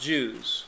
Jews